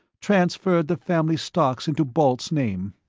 transferred the family stocks into balt's name.